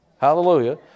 Hallelujah